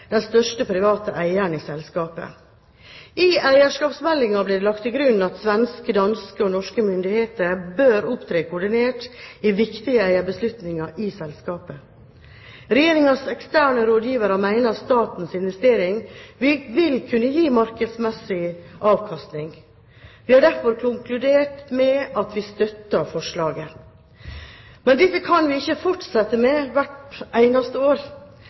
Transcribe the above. største private eierne i selskapet. I eierskapsmeldingen ble det lagt til grunn at svenske, danske og norske myndigheter bør opptre koordinert i viktige eierbeslutninger i selskapet. Regjeringens eksterne rådgivere mener at statens investering vil kunne gi markedsmessig avkastning. Vi har derfor konkludert med at vi støtter forslaget. Men dette kan vi ikke fortsette med hvert eneste år.